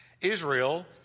israel